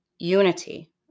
unity